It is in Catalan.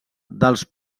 dels